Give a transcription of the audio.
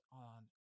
on